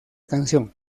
canción